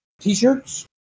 T-shirts